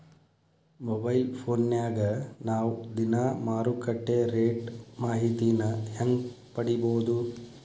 Mobile ಫೋನ್ಯಾಗ ನಾವ್ ದಿನಾ ಮಾರುಕಟ್ಟೆ ರೇಟ್ ಮಾಹಿತಿನ ಹೆಂಗ್ ಪಡಿಬೋದು?